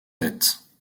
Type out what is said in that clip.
tête